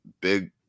big